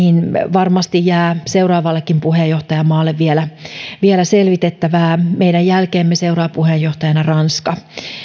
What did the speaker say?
varmasti jää seuraavallekin puheenjohtajamaalle vielä vielä selvitettävää meidän jälkeemme seuraa puheenjohtajana ranska